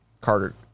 Carter